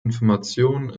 information